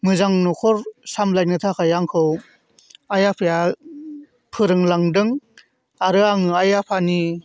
मोजां न'खर सामलायनो थाखाय आंखौ आइ आफाया फोरोंलांदों आरो आङो आइ आफानि